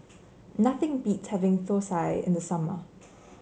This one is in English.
nothing beats having Thosai in the summer